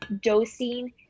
dosing